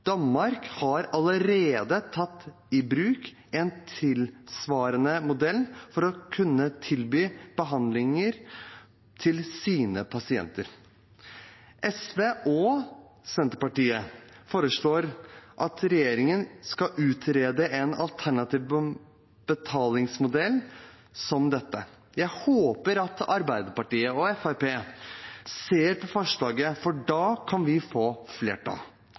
Danmark har allerede tatt i bruk en tilsvarende modell for å kunne tilby behandlingen til sine pasienter. SV og Senterpartiet foreslår at regjeringen skal utrede en alternativ betalingsmodell som dette. Jeg håper at Arbeiderpartiet og Fremskrittspartiet ser på forslaget, for da kan vi få flertall.